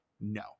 No